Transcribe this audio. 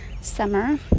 summer